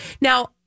Now